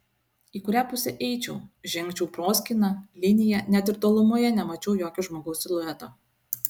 į kurią pusę eičiau žengčiau proskyna linija net ir tolumoje nemačiau jokio žmogaus silueto